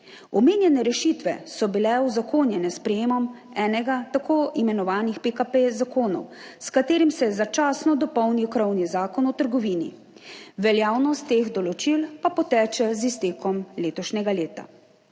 Omenjene rešitve so bile uzakonjene s sprejetjem enega tako imenovanih zakonov PKP, s katerim se je začasno dopolnil krovni Zakon o trgovini, veljavnost teh določil pa poteče z iztekom letošnjega leta.